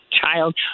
Child